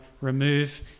remove